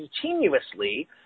continuously